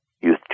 Youth